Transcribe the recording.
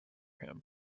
him